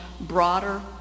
broader